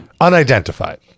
Unidentified